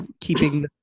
keeping